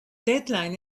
deadline